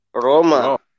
Roma